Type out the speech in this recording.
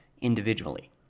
individually